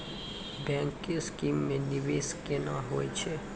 Bank के scheme मे निवेश केना होय छै?